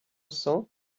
cents